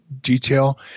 detail